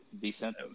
Decent